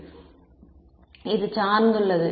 மாணவர் இது சார்ந்துள்ளது